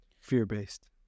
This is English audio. Fear-based